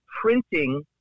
printing